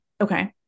Okay